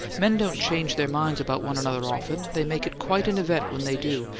men don't change their minds about one another often they make it quite an event when they do,